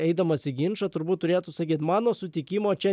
eidamas į ginčą turbūt turėtų sakyt mano sutikimo čia